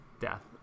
death